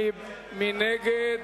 מי נגד?